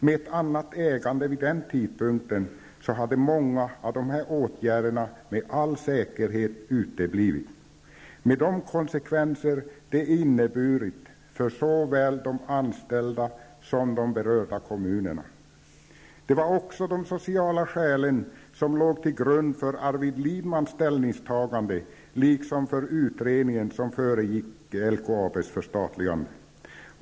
Med ett annat ägande vid den tidpunkten hade många av dessa åtgärder med all säkerhet uteblivit -- med de konsekvenser detta inneburit för såväl de anställda som de berörda kommunerna. Det var också de sociala skälen som låg till grund för Arvid Lindmans ställningstagande liksom för utredningen som föregick LKABs förstatligande.